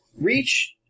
reach